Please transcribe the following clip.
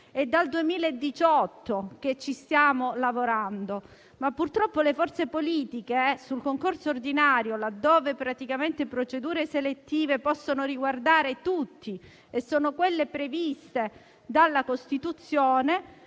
È dal 2018 che ci stiamo lavorando, ma le forze politiche sul concorso ordinario, le cui procedure selettive possono riguardare tutti e sono previste dalla Costituzione,